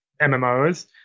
MMOs